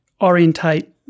orientate